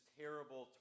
terrible